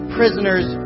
prisoners